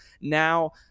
now